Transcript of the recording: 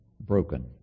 broken